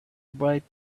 bright